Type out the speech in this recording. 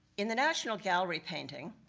in the national gallery painting,